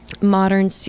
modern